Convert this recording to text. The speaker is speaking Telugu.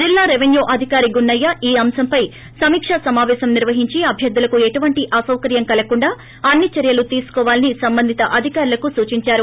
జిల్లా రెపెన్యూ అధికారి గున్నయ్య ఈ అంశంపై సమీకా సమాపేశం నిర్వహించి అభ్యర్గులకు ఎటువంటి అసౌకర్యం కలగకుండా అన్ని చర్యలు తీసుకోవాలని సంబంధిత అధికారులకు సూచించారు